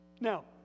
Now